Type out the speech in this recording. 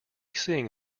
seeing